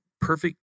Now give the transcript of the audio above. perfect